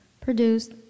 produced